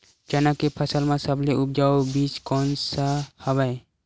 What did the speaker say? चना के फसल म सबले उपजाऊ बीज कोन स हवय?